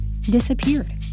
disappeared